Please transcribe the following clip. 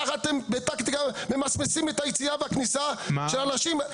ככה בטקטיקה ממסמסים את היציאה והכניסה של אנשים?